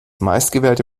meistgewählte